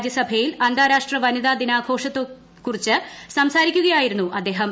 രാജ്യസഭയിൽ അന്താരാഷ്ട്ര വനിതാ ദിനാഘോഷത്തെക്കുറിച്ച് സംസാരിക്കുകയായിരുന്നു അദ്ദേഹം